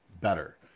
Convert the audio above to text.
better